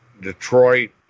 Detroit